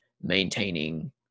maintaining